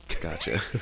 gotcha